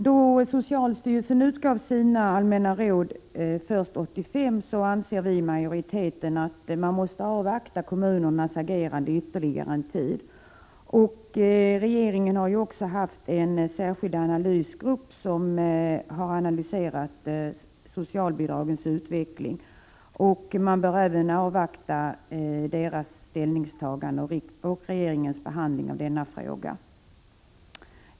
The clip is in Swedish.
Då socialstyrelsen utgav sina allmänna råd först 1985 anser vi i majoriteten att man måste avvakta kommunernas agerande ytterligare en tid. Regeringen har ju också haft en särskild analysgrupp som analyserat socialbidragens utveckling. Man bör avvakta även dess ställningstagande och regeringens behandling av denna fråga.